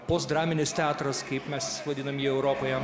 post draminis teatras kaip mes vadinam jį europoje